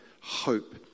hope